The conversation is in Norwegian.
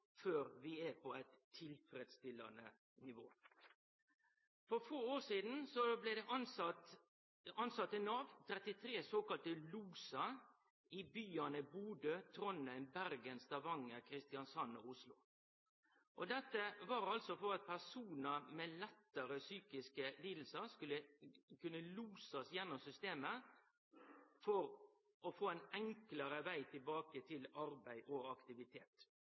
før vi er på eit tilfredsstillande nivå. For få år sidan tilsette Nav 33 såkalla losar i byane Bodø, Trondheim, Bergen, Stavanger, Kristiansand og Oslo. Dette var for at personar med lettare psykiske lidingar kunne bli losa gjennom systemet for å få ein enklare veg tilbake til arbeid og aktivitet.